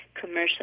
commercial